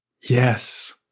Yes